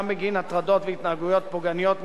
בגין הטרדות והתנהגויות פוגעניות מתמשכות,